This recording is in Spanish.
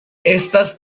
estas